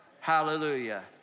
Hallelujah